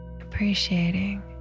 appreciating